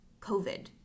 covid